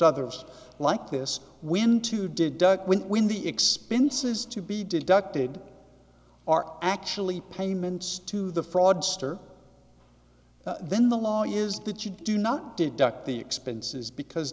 others like this when to deduct when when the expenses to be deducted are actually payments to the fraudster then the law is that you do not deduct the expenses because